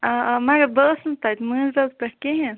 آ آ مگر بہٕ ٲسٕس نہٕ تَتہِ مٲنزرٲژ پٮ۪ٹھ کہیٖنۍ